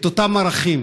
את אותם ערכים.